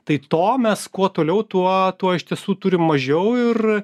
tai to mes kuo toliau tuo tuo iš tiesų turim mažiau ir